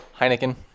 Heineken